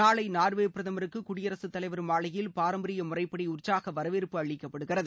நாளை நார்வே பிரதமருக்கு குடியரசு தலைவர் மாளிகையில் பாரம்பரிய முறைப்படி உற்சாக வரவேற்பு அளிக்கப்படுகிறது